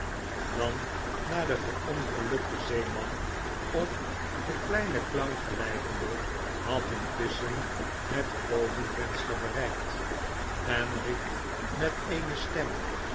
dan naar den verongelukten zeeman of denkleinen clown gelijkende had intusschen het bovenvenster bereikt en riep met eene stem